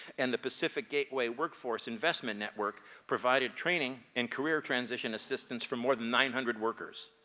and the pacific gateway workforce investment network provided training and career transition assistance for more than nine hundred workers.